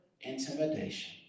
intimidation